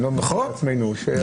אני לא מחמיא לעצמנו.